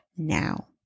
now